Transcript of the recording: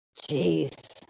Jeez